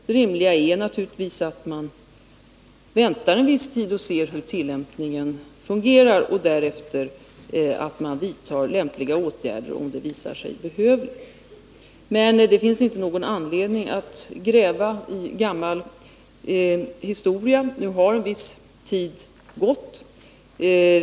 Det rimliga är naturligtvis att man väntar en viss tid och ser hur tillämpningen fungerar och därefter vidtar lämpliga åtgärder, om detta visar sig behövligt. Men det finns ingen anledning att gräva i gammal historia. Nu har en viss tid gått.